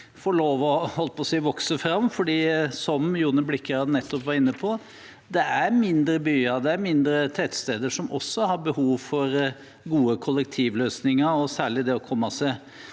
får lov til å vokse fram, for som Jone Blikra nettopp var inne på: Det er mindre byer og mindre tettsteder som også har behov for gode kollektivløsninger, og særlig det å komme seg